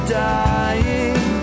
dying